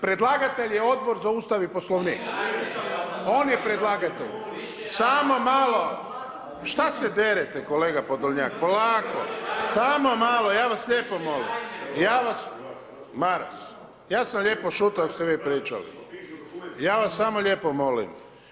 Predlagatelj je Odbor za Ustav i Poslovnik. … [[Upadica se ne čuje.]] On je predlagatelj. … [[Govornici govore istovremeno, ne razumije se.]] Samo malo, šta se derete kolega Podolanjak, polako … [[Govornici govore istovremeno, ne razumije se.]] samo malo, ja vas lijepo molim, … [[Upadica se ne čuje.]] ja vas, Maras, ja sam lijepo šutio dok ste vi pričali, ja vas samo lijepo molim.